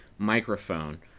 microphone